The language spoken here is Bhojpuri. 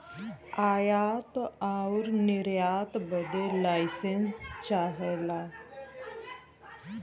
आयात आउर निर्यात बदे लाइसेंस चाहला